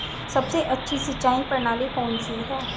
सबसे अच्छी सिंचाई प्रणाली कौन सी है?